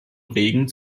regen